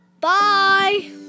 Bye